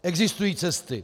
Existují cesty.